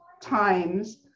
times